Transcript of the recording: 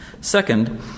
Second